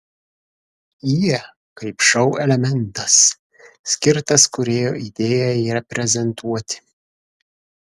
jie kaip šou elementas skirtas kūrėjo idėjai reprezentuoti